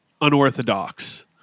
unorthodox